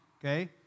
okay